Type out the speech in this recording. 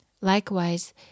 Likewise